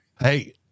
Hey